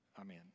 Amen